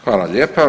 Hvala lijepa.